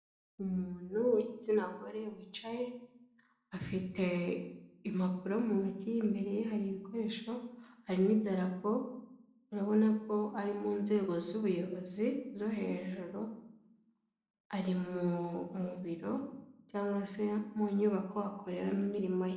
Umuntu w'igitsina gore wicaye afite impapuro mu ntoki, imbere ye hari ibikoresho hari n'idarapo, urabona ko ari mu nzego z'ubuyobozi zo hejuru, ari mu biro cyangwa se mu nyubako akoreramo imirimo ye.